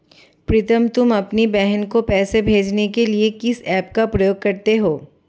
प्रीतम तुम अपनी बहन को पैसे भेजने के लिए किस ऐप का प्रयोग करते हो?